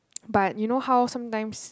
but you know how sometimes